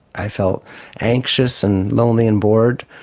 i felt anxious and lonely and bored.